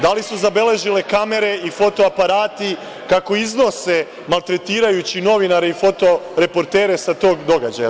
Da li su zabeležile kamere i fotoaparati kako iznose maltretirajući novinare i fotoreportere sa tog događaja?